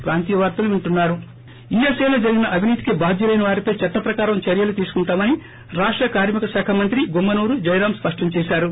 break ఈఎస్ఐలో జరిగిన అవినీతికి బాద్యులైన వారిపై చట్లప్రకారం చర్యలు తీసుకుంటామని రాష్ట కార్మిక శాఖ మంత్రి గుమ్మనూరు జయరామ్ స్పష్టం చేశారు